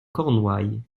cornouailles